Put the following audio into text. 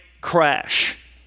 crash